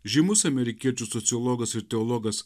žymus amerikiečių sociologas ir teologas